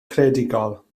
creadigol